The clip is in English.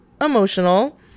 emotional